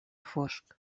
fosc